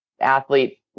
athlete